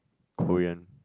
Korean